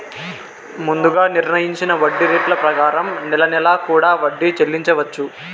ముందుగా నిర్ణయించిన వడ్డీ రేట్ల ప్రకారం నెల నెలా కూడా వడ్డీ చెల్లించవచ్చు